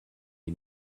les